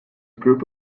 group